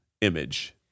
image